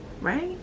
right